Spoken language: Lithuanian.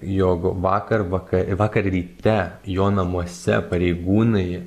jog vakar vaka vakar ryte jo namuose pareigūnai